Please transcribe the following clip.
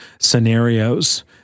scenarios